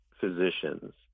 physicians